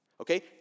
Okay